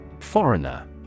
Foreigner